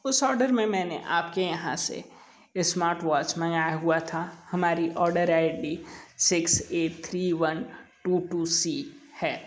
उस ऑर्डर में मैंने आप के यहाँ से स्मार्ट वॉच मंगाया हुआ था हमारी order I D six A three one two two C है